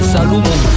Salomon